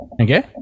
okay